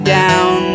down